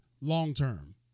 long-term